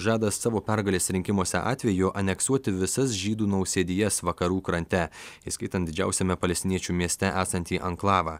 žada savo pergalės rinkimuose atveju aneksuoti visas žydų nausėdijas vakarų krante įskaitant didžiausiame palestiniečių mieste esantį anklavą